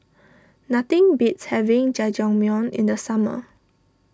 nothing beats having Jajangmyeon in the summer